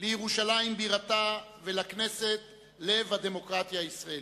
לירושלים בירתה ולכנסת, לב הדמוקרטיה הישראלית.